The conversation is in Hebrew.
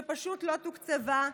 שפשוט לא תוקצבה,